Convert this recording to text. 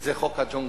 זה חוק הג'ונגל.